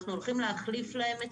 אנחנו הולכים להחליף להם את